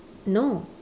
no